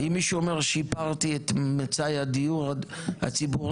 אם מישהו אומר שיפרתי את מצאי הדיור הציבורי,